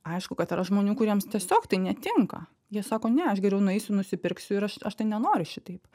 aišku kad yra žmonių kuriems tiesiog tai netinka jie sako ne aš geriau nueisiu nusipirksiu ir aš aš tai nenoriu šitaip